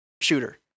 shooter